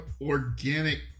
organic